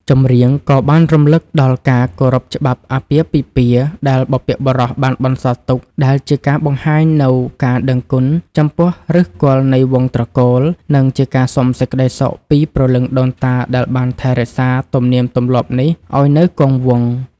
ចម្រៀងក៏បានរំលឹកដល់ការគោរពច្បាប់អាពាហ៍ពិពាហ៍ដែលបុព្វបុរសបានបន្សល់ទុក ដែលជាការបង្ហាញនូវការដឹងគុណចំពោះឫសគល់នៃវង្សត្រកូល និងជាការសុំសេចក្តីសុខពីព្រលឹងដូនតាដែលបានថែរក្សាទំនៀមទម្លាប់នេះឱ្យនៅគង់វង្ស។